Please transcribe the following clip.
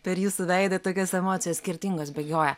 per jūsų veidą tokios emocijos skirtingos bėgioja